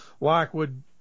Lockwood